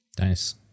nice